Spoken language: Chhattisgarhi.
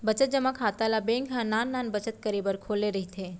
बचत जमा खाता ल बेंक ह नान नान बचत करे बर खोले रहिथे